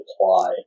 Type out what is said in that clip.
apply